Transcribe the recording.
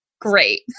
Great